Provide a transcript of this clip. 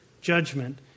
judgment